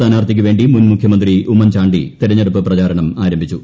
സ്ഥാനാർത്ഥിക്കു വേണ്ടി മുൻ മുഖ്യമന്ത്രി ഉമ്മൻ ചാണ്ടി തെരഞ്ഞെടുപ്പ് പ്രചാരണം ആരംഭിച്ചു